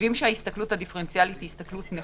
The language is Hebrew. חושבים שההסתכלות הדיפרנציאלית היא נכונה,